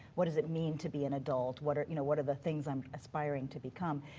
what does it mean to be an adult, what are you know what are the things i'm aspiring to become?